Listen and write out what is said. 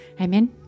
Amen